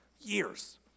Years